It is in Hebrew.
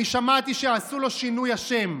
אני שמעתי שעשו לו שינוי השם.